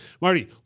marty